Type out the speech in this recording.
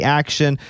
action